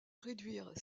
réduire